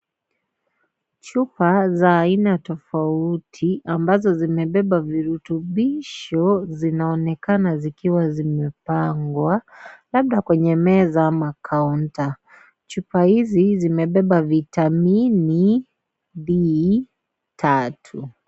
Chupa za aina tofauti ambazo zimebeba virutubisho zinaonekana zikiwa zimepangwa, labda kwenye meza ama counter , chupa hizi zimebeba vitamin D tatu.